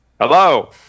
Hello